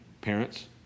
parents